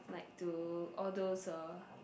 like to all those uh